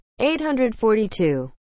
842